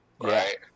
right